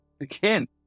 again